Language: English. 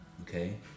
okay